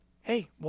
hey